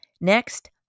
Next